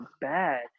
bad